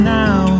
now